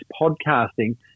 podcasting